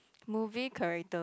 movie character